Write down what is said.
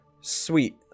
sweet